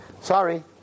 Sorry